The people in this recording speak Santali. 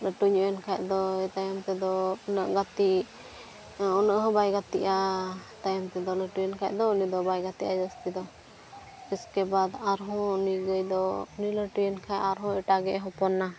ᱞᱟᱹᱴᱩ ᱧᱚᱜ ᱮᱱ ᱠᱷᱟᱱ ᱫᱚᱭ ᱛᱟᱭᱚᱢ ᱛᱮᱫᱚ ᱩᱱᱟᱹᱜ ᱜᱟᱛᱮᱜ ᱩᱱᱟᱹᱜ ᱦᱚᱸ ᱵᱟᱭ ᱜᱟᱛᱮᱜᱼᱟ ᱛᱟᱭᱚᱢ ᱛᱮᱫᱚ ᱞᱟᱹᱴᱩᱭᱮᱱ ᱠᱷᱟᱱ ᱫᱚᱭ ᱩᱱᱤ ᱫᱚ ᱵᱟᱭ ᱜᱟᱛᱮᱜᱼᱟ ᱡᱟᱹᱥᱛᱤ ᱫᱚ ᱩᱥᱠᱮ ᱵᱟᱫ ᱟᱨᱦᱚᱸ ᱩᱱᱤ ᱜᱟᱹᱭ ᱫᱚ ᱩᱱᱤ ᱞᱟᱹᱴᱩᱭᱮᱱ ᱠᱷᱟᱱ ᱟᱨᱦᱚᱸ ᱮᱴᱟᱜᱤᱡ ᱮ ᱦᱚᱯᱚᱱᱮᱱᱟ